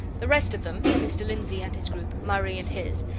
the rest of them, mr. lindsey and his group, murray and his,